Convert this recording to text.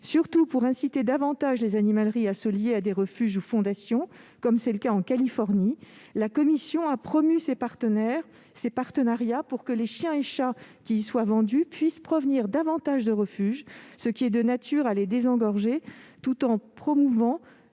Surtout, pour inciter davantage les animaleries à se lier à des refuges ou à des fondations, comme c'est le cas en Californie, la commission a promu ces partenariats, afin que les chiens et chats qui y sont vendus puissent provenir plus souvent de refuges, ce qui est de nature à désengorger ces derniers, tout en promouvant